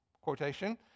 quotation